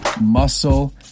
Muscle